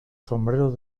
sombrero